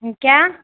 ہوں کیا